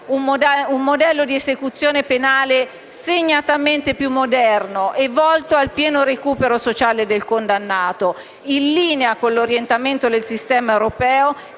un modello di esecuzione penale segnatamente più moderno e volto al pieno recupero sociale del condannato, in linea con l'orientamento del sistema europeo